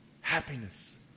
Happiness